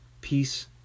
Peace